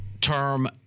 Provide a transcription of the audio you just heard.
term